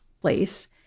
place